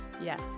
Yes